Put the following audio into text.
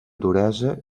duresa